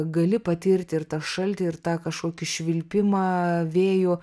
gali patirti ir tą šaltį ir tą kažkokį švilpimą vėjo